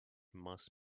must